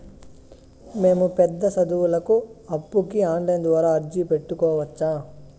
మేము పెద్ద సదువులకు అప్పుకి ఆన్లైన్ ద్వారా అర్జీ పెట్టుకోవచ్చా?